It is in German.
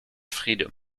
friede